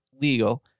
legal